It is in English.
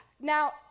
Now